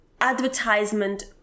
advertisement